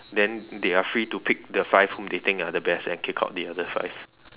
then they're free to pick the five whom they think are the best and kick out the other five